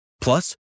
Plus